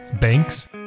Banks